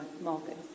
market